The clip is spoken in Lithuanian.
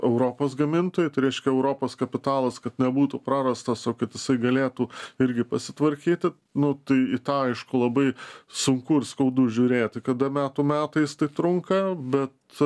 europos gamintojai tai reiškia europos kapitalas kad nebūtų prarastas o jisai galėtų irgi pasitvarkyti nu tai aišku labai sunku ir skaudu žiūrėti kada metų metais tai trunka bet